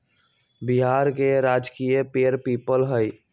बिहार के राजकीय पेड़ पीपल हई